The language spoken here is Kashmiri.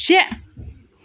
شےٚ